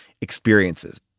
experiences